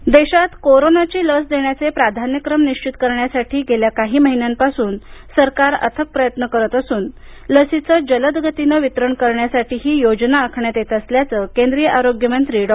हर्षवर्धन देशात कोरोनाची लस देण्याचे प्राधान्यक्रम निबित करण्यासाठी गेल्या काही महिन्यांपासून सरकार अथक प्रयत्न करत असून लसीचे जलद गतीनं वितरण करण्यासाठी ही योजना आखण्यात येत असल्याचं केंद्रीय आरोग्य मंत्री डॉ